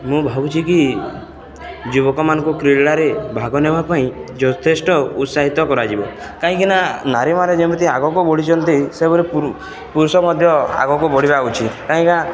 ମୁଁ ଭାବୁଛି କି ଯୁବକମାନଙ୍କୁ କ୍ରୀଡ଼ାରେ ଭାଗ ନେବା ପାଇଁ ଯଥେଷ୍ଟ ଉତ୍ସାହିତ କରାଯିବ କାହିଁକିନା ନାରୀମାରେ ଯେମିତି ଆଗକୁ ବଢ଼ିଛନ୍ତି ସେଭଳି ପୁରୁଷ ମଧ୍ୟ ଆଗକୁ ବଢ଼ିବା ଉଚିତ୍ କାହିଁକିନା